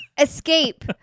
escape